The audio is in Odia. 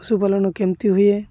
ପଶୁପାଳନ କେମିତି ହୁଏ